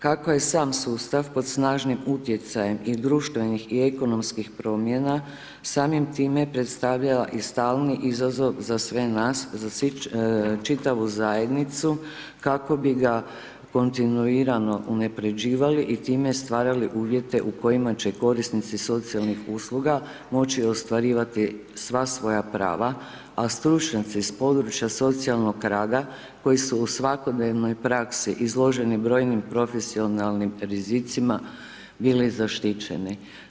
Kako je sam sustav pod snažnim utjecajem i društvenih i ekonomskim promjena samim time predstavljala i stalni izazov za sve nas, za čitavu zajednicu kako bi ga kontinuirano unapređivali i time stvarali uvjete u kojima će korisnici socijalnih usluga moći ostvarivati sva svoja prava, a stručnjaci s područja socijalnog rada koji su u svakodnevnoj praksi izloženi brojnim profesionalnim rizicima bili zaštićeni.